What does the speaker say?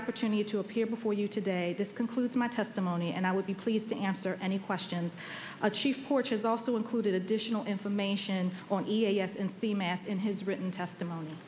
opportunity to appear before you today this concludes my testimony and i would be pleased to answer any questions chief porches also included additional information on e a s and the math in his written testimony